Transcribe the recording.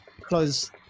Close